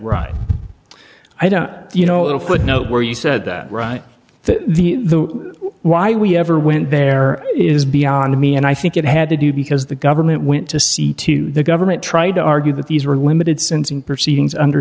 right i don't you know a footnote where you said that the the why we ever went there is beyond me and i think it had to do because the government went to see to the guy try to argue that these were limited syncing proceedings under